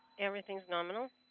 everything is nominal,